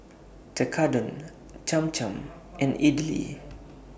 Tekkadon Cham Cham and Idili